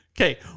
Okay